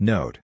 Note